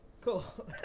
cool